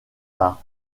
par